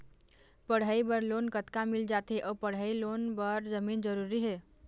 पढ़ई बर लोन कतका मिल जाथे अऊ पढ़ई लोन बर जमीन जरूरी हे?